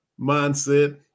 mindset